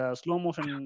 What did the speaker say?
slow-motion